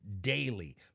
daily